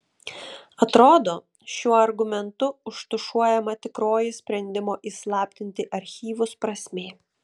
atrodo šiuo argumentu užtušuojama tikroji sprendimo įslaptinti archyvus prasmė